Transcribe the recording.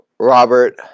Robert